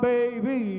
baby